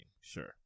sure